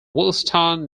williston